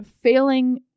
failing